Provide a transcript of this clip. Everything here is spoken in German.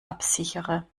absichere